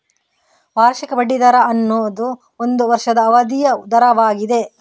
ವಾರ್ಷಿಕ ಬಡ್ಡಿ ದರ ಅನ್ನುದು ಒಂದು ವರ್ಷದ ಅವಧಿಯ ದರವಾಗಿದೆ